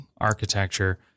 architecture